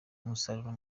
umusaruro